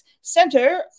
center